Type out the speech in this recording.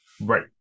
Right